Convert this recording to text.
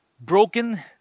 broken